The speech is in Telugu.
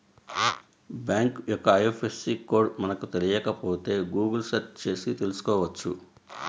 బ్యేంకు యొక్క ఐఎఫ్ఎస్సి కోడ్ మనకు తెలియకపోతే గుగుల్ సెర్చ్ చేసి తెల్సుకోవచ్చు